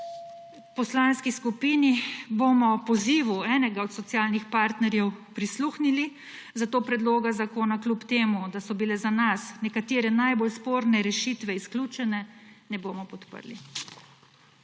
V poslanski skupini bomo pozivu enega od socialnih partnerjev prisluhnili, zato predloga zakona, kljub temu da so bile za nas nekatere najbolj sporne rešitve izključene, ne bomo podprli.